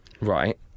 Right